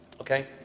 Okay